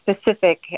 specific